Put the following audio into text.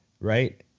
Right